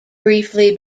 briefly